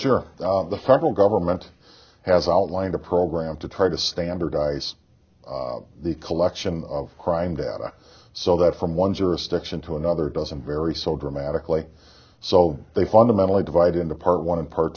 you're the federal government has outlined a program to try to standardize the collection of crime data so that from one jurisdiction to another doesn't vary so dramatically so they fundamentally divide into part one